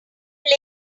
play